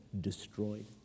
destroyed